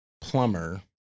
plumber